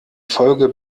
folge